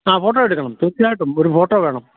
ആ ഫോട്ടോ എടുക്കണം തീർച്ചയായിട്ടും ഒരു ഫോട്ടോ വേണം